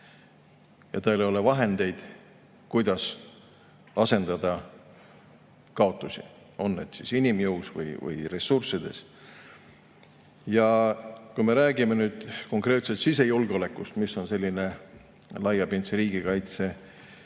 ja tal ei ole vahendeid, kuidas asendada kaotusi, on need siis inimjõus või ressurssides. Kui me räägime nüüd konkreetselt sisejulgeolekust, mis on laiapindse riigikaitse